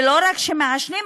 ולא רק שהם מעשנים,